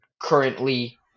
currently